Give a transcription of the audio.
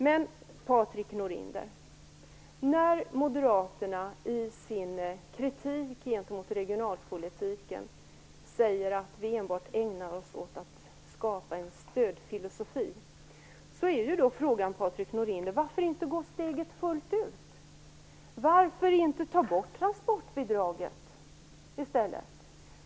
Moderaterna säger i sin kritik av regionalpolitiken att vi enbart ägnar oss åt att skapa en stödfilosofi. Frågan, Patrik Norinder, är då: Varför inte gå steget fullt ut? Varför inte ta bort transportbidraget i stället?